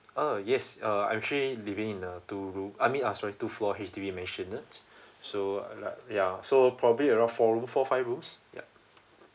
uh yes uh I actually living in a two room I mean ah sorry two floor H_D_B maisonette so like ya so probably around four room four five rooms yup